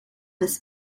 des